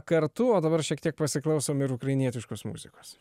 kartu o dabar šiek tiek pasiklausom ir ukrainietiškos muzikos